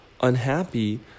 unhappy